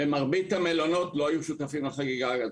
מרבית המלונות לא היו שותפים לחגיגה הזאת.